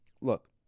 Look